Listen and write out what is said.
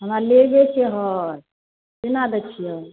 हमरा लेबयके हइ केना दै छियै